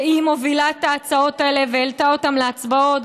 שהיא מובילה את ההצעות האלה והעלתה אותן להצבעות,